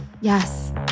Yes